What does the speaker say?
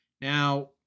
Now